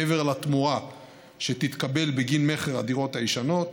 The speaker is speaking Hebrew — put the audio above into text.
מעבר לתמורה שתתקבל בגין מכר הדירות הישנות,